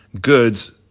goods